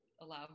allow